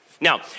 Now